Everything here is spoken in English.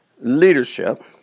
leadership